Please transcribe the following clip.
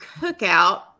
cookout